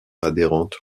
adhérente